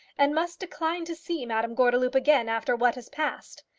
and must decline to see madame gordeloup again after what has passed.